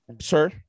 Sir